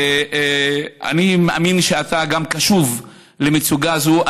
אני מאמין שאתה קשוב למצוקה זו.